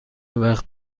وقت